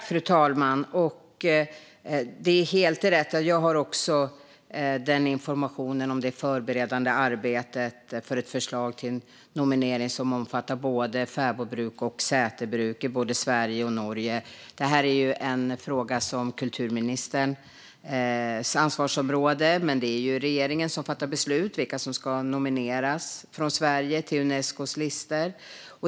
Fru talman! Det är helt rätt - jag har också fått informationen om det förberedande arbetet inför ett förslag till nominering som omfattar både fäbodbruk och säterbruk i både Sverige och Norge. Det här är en fråga under kulturministerns ansvarsområde, men det är regeringen som fattar beslut om vilka som ska nomineras från Sverige till Unescos listor.